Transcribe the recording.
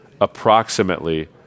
approximately